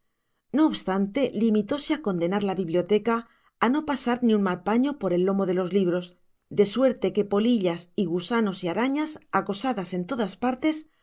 no obstante limitóse a condenar la biblioteca a no pasar ni un mal paño por el lomo de los libros de suerte que polillas gusanos y arañas acosadas en todas partes